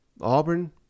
Auburn